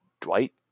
Dwight